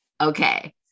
Okay